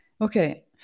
Okay